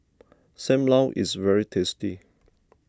Sam Lau is very tasty